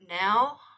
Now